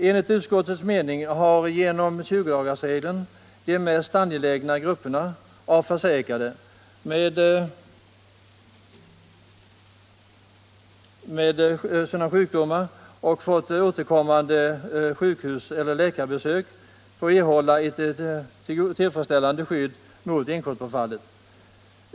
Enligt utskottets mening har genom 20-dagarsregeln de mest angelägna grupperna av försäkrade med sådana sjukdomar som medför ofta återkommande sjukhus eller läkarbesök erhållit ett tillfredsställande skydd mot inkomstbortfallet.